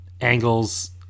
angles